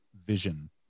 vision